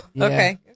Okay